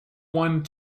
one